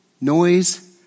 noise